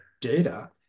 data